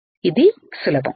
ఇది సులభం